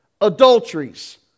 adulteries